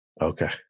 Okay